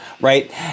right